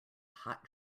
hot